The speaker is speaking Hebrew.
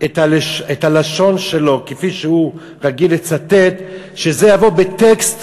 את הלשון שלו כפי שהוא רגיל לצטט, שזה יבוא בטקסט